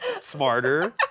smarter